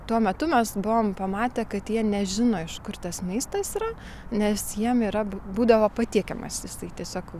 tuo metu mes buvom pamatę kad jie nežino iš kur tas maistas yra nes jiem yra būdavo patiekiamas jis tai tiesiog